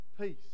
peace